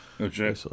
Okay